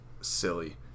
silly